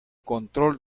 control